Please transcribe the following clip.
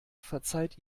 verzeiht